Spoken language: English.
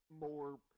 more